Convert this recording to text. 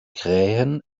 krähen